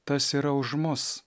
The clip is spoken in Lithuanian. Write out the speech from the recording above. tas yra už mus